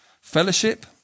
fellowship